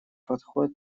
подход